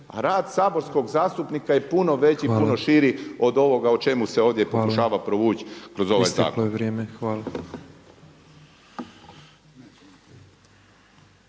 rad saborskog zastupnika je puno veći i puno širi od ovoga o čemu se ovdje pokušava provući kroz ovaj zakon.